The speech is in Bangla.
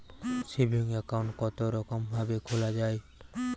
সেভিং একাউন্ট কতরকম ভাবে খোলা য়ায়?